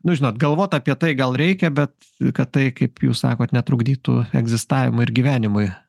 nu žinot galvot apie tai gal reikia bet kad tai kaip jūs sakot netrukdytų egzistavimui ir gyvenimui